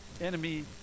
enemy